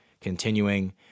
continuing